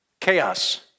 Chaos